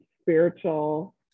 spiritual